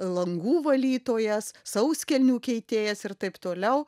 langų valytojas sauskelnių keitėjas ir taip toliau